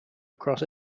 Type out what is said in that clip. across